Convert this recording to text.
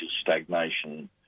stagnation